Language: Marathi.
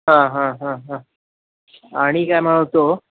हां हां हां हां आणि काय म्हणतो होतो